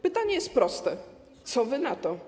Pytanie jest proste: Co wy na to?